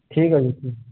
ଠିକ୍ ଅଛି ଠିକ